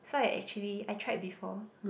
so I actually I tried before